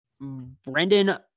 Brendan